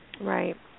Right